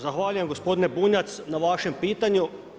Zahvaljujem gospodine Bunjac, na vašem pitanju.